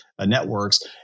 networks